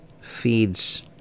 feeds